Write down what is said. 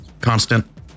constant